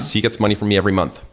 he gets money from me every month.